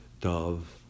Dove